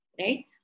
Right